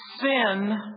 sin